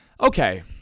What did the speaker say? Okay